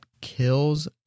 kills